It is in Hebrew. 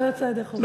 לא יצא ידי חובה.